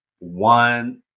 one